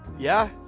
yeah?